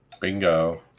Bingo